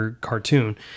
cartoon